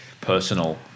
personal